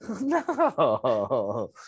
No